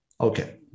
Okay